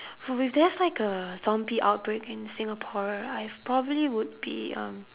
if there's like a zombie outbreak in singapore I probably would be um